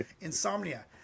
Insomnia